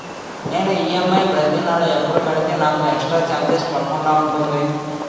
నేను ఈ.ఎమ్.ఐ ప్రతి నెల ఎపుడు కడితే నాకు ఎక్స్ స్త్ర చార్జెస్ పడకుండా ఉంటుంది?